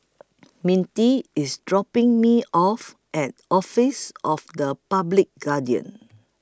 Mintie IS dropping Me off At Office of The Public Guardian